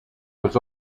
was